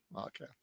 Okay